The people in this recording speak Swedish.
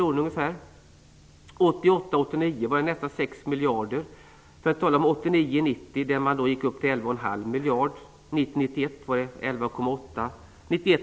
1988 90 när det gick upp till 11,5 miljoner.